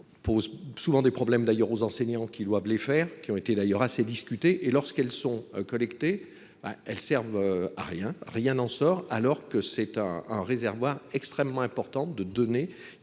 posent souvent des problèmes d'ailleurs aux enseignants qui doivent les faire, qui ont été d'ailleurs assez discutés et lorsqu'elles sont collectées elles servent à rien, rien n'en sort alors que c'est un réservoir extrêmement important de données